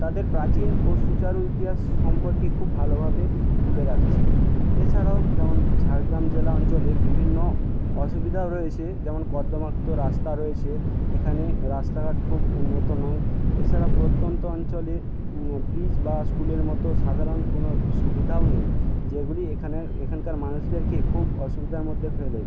তাদের প্রাচীন ও সুচারু ইতিহাস সম্পর্কে খুব ভালোভাবে তুলে রাখছে এছাড়াও যেমন ঝাড়গ্রাম জেলা অঞ্চলে বিভিন্ন অসুবিদাও রয়েছে যেমন কর্দমাক্ত রাস্তা রয়েছে এখানে রাস্তাঘাট খুব উন্নত নয় এছাড়া প্রত্যন্ত অঞ্চলে ব্রিজ বা স্কুলের মতো সাধারণ কোনো সুবিধাও নেই যেগুলি এখানের এখানকার মানুষদেরকে খুব অসুবিধার মধ্যে ফেলে